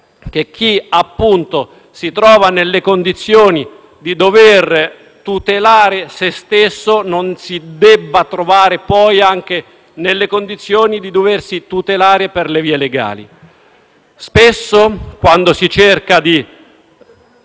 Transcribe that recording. che chi si trova nelle condizioni di dover tutelare se stesso non si debba trovare, poi, anche nelle condizioni di doversi tutelare per le vie legali. Spesso, quando si cerca di